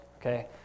okay